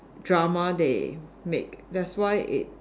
drama they make that's why it